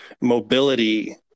mobility